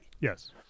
yes